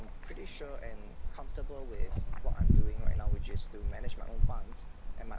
pretty sure and comfortable with what I'm doing right now which is to manage my own funds and my